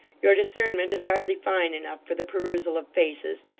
your discernment is hardly fine enough for the perusal of faces,